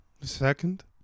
Second